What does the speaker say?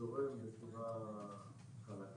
התהליך זורם בצורה חלקה.